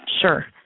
Sure